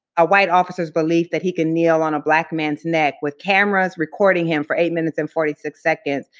a white officer's belief that he can kneel on a black man's neck with cameras recording him for eight minutes and forty six seconds,